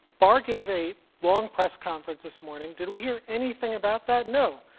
barr gave a long press conference this morning. did we hear anything about that? no.